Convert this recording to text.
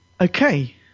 Okay